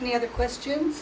any other questions